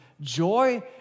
joy